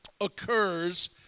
occurs